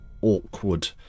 awkward